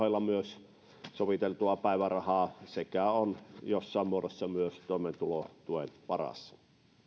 ohella myös soviteltua päivärahaa sekä on jossain muodossa myös toimeentulotuen varassa